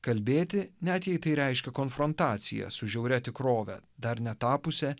kalbėti net jei tai reiškia konfrontaciją su žiauria tikrove dar netapusia